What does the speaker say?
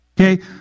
Okay